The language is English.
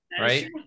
right